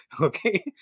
okay